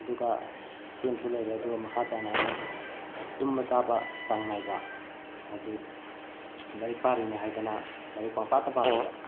ꯑꯗꯨꯒ ꯁꯤ ꯑꯃꯁꯨ ꯂꯩꯔꯦ ꯑꯗꯨꯒ ꯃꯈꯥ ꯇꯥꯅ ꯑꯃꯨꯛ ꯇꯨꯝꯕ ꯆꯥꯕ ꯆꯥꯡ ꯅꯥꯏꯕ ꯍꯥꯏꯗꯤ ꯂꯥꯏꯔꯤꯛ ꯄꯥꯔꯤꯅꯦ ꯍꯥꯏꯗꯅ ꯂꯥꯏꯔꯤꯛ ꯄꯪꯄꯥꯗ ꯄꯥꯗꯕ